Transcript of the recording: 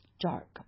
dark